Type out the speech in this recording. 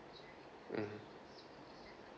mmhmm